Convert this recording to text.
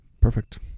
Perfect